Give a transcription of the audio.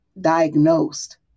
diagnosed